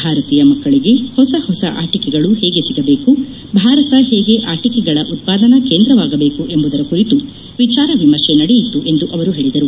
ಭಾರತೀಯ ಮಕ್ಕಳಿಗೆ ಹೊಸ ಹೊಸ ಆಟಿಕೆಗಳು ಹೇಗೆ ಸಿಗಬೇಕು ಭಾರತ ಹೇಗೆ ಆಟಿಕೆಗಳ ಉತ್ಪಾದನಾ ಕೇಂದ್ರ ಆಗಬೇಕು ಎಂಬುದರ ಕುರಿತು ವಿಚಾರ ವಿಮರ್ಶೆ ನಡೆಯಿತು ಎಂದು ಅವರು ಹೇಳಿದರು